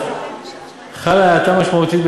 אתה ממש לא מאמין,